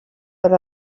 per